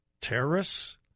terrorists